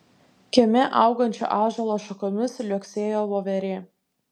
kieme augančio ąžuolo šakomis liuoksėjo voverė